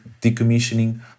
decommissioning